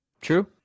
True